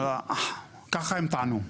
ככה הם טענו.